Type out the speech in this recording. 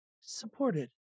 supported